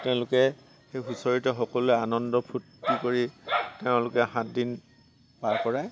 তেওঁলোকে সেই হুঁচৰিতে সকলোৱে আনন্দ ফূৰ্ত্তি কৰি তেওঁলোকে সাতদিন পাৰ কৰে